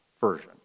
version